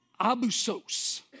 abusos